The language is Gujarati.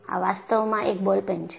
આ વાસ્તવમાં એક બોલ પેન છે